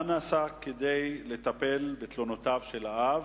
1. מה נעשה כדי לטפל בתלונותיו של האב?